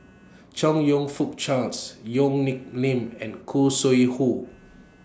Chong YOU Fook Charles Yong Nyuk Lin and Khoo Sui Hoe